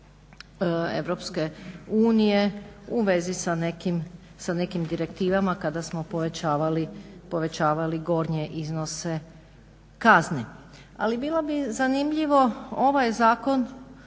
u vezi sa nekim direktivama kada smo povećavali gornje iznose kazne. Ali bilo bi zanimljivo, ovaj je zakon